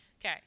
Okay